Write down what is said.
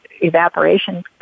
evaporation